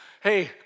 Hey